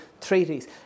treaties